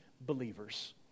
believers